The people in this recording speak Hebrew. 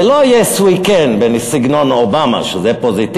זה לא Yes we can בסגנון אובמה, שזה פוזיטיבי,